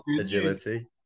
agility